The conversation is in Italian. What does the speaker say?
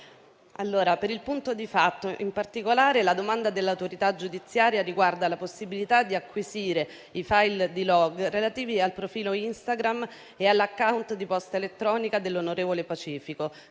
per il punto di fatto, in particolare la domanda dell'autorità giudiziaria riguarda la possibilità di acquisire i *file* di *log* relativi al profilo Instagram e all'*account* di posta elettronica dell'onorevole Pacifico,